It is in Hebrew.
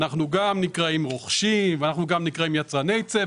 אנחנו גם נקראים רוכשים ואנחנו גם נקראים יצרני צבע.